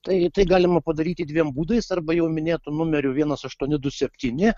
tai tai galima padaryti dviem būdais arba jau minėtu numeriu vienas aštuoni du septyni